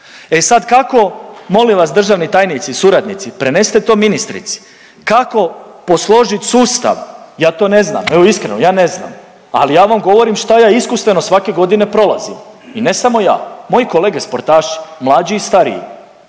E sad kako molim vas državni tajnici, suradnici prenesite to ministrici kako posložit sustav ja to ne zna, evo iskreno ja ne znam, ali ja vam govorim šta ja iskustveno svake godine prolazim i ne samo ja, moji kolege sportaši mlađi stariji.